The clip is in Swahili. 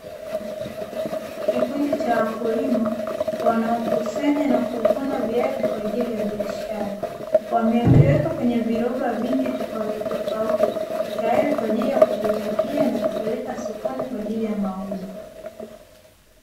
Kikundi cha wakulima wanaokusanya na kuvuna viazi kwa ajili ya biashara wameviweka kwenye viroba vingi tofauti tofauti, tayari kwa ajili ya kuvipakia na kupeleka sokoni kwa ajili ya mauzo.